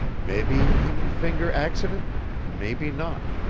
mebby heem finger ax'dent mebby not,